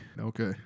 Okay